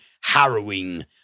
harrowing